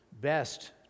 best